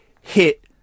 hit